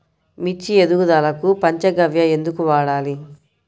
మిర్చి ఎదుగుదలకు పంచ గవ్య ఎందుకు వాడాలి?